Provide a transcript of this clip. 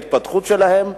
להתפתחות שלהם,